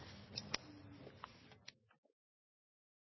neste